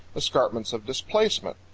escarpments of displacement.